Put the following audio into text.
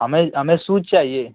हमें हमें सूज चाहिए